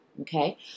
okay